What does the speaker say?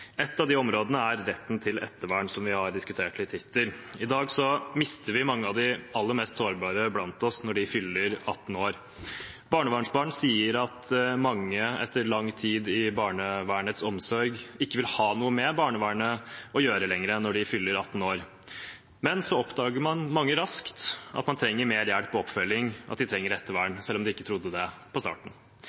mister vi mange av de aller mest sårbare blant oss når de fyller 18 år. Barnevernsbarn sier at mange etter lang tid i barnevernets omsorg ikke vil ha noe med barnevernet å gjøre lenger når de fyller 18 år, men så oppdager mange raskt at de trenger mer hjelp og oppfølging, at de trenger ettervern selv om de ikke trodde det fra starten.